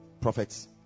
prophets